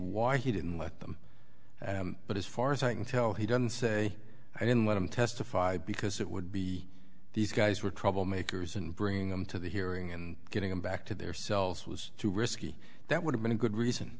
why he didn't like them but as far as i can tell he didn't say i didn't let him testify because it would be these guys were troublemakers and bringing them to the hearing and getting them back to their cells was too risky that would have been a good reason